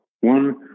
One